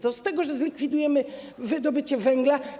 Co z tego, że zlikwidujemy wydobycie węgla?